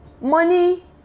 money